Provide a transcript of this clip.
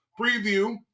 preview